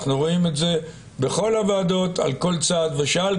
אנחנו רואים את זה בכל הוועדות על כל צעד ושעל,